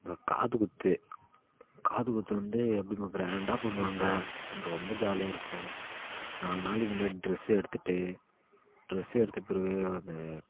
இந்த காது குத்து காது குத்து வந்து எப்பயுமே க்ராண்டாக பண்ணுவாங்கள் ரொம்ப ஜாலியாக இருக்கும் நாலு நாளைக்கி முன்னாடி ட்ரெஸ்ஸு எடுத்துட்டு ட்ரெஸ் எடுத்த பிறகு அந்த